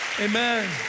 Amen